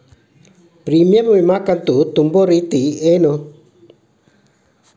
Premium ವಿಮಾ ಕಂತು ತುಂಬೋ ರೇತಿ ಏನು?